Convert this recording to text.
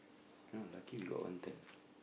you know lucky we got one turn